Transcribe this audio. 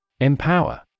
Empower